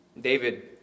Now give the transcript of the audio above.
David